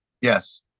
Yes